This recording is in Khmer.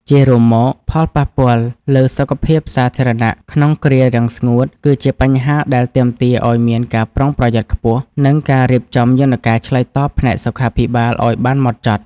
ជារួមមក ផលប៉ះពាល់លើសុខភាពសាធារណៈក្នុងគ្រារាំងស្ងួត គឺជាបញ្ហាដែលទាមទារឱ្យមានការប្រុងប្រយ័ត្នខ្ពស់ និងការរៀបចំយន្តការឆ្លើយតបផ្នែកសុខាភិបាលឱ្យបានហ្មត់ចត់។